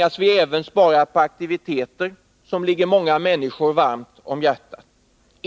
måste vi även spara på aktiviteter som ligger många människor varmt om hjärtat.